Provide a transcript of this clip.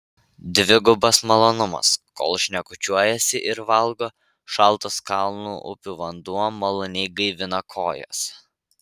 dvigubas malonumas kol šnekučiuojasi ir valgo šaltas kalnų upių vanduo maloniai gaivina kojas